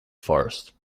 forest